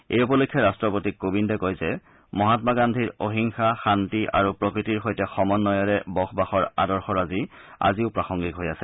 এই উপলক্ষে ৰাষ্ট্ৰপতি কোবিন্দে কয় যে মহামা গান্ধীৰ অহিংসা শান্তি আৰু প্ৰকৃতিৰ সৈতে সমন্নয়ৰে বসবাসৰ আদৰ্শৰাজি আজিও প্ৰাসংগিক হৈ আছে